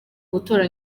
gutora